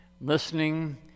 Listening